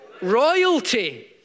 Royalty